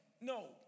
no